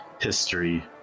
history